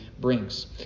brings